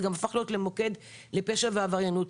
זה הפך להיות למוקד של פשע ועבריינות.